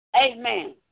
Amen